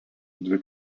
dvi